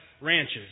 ranches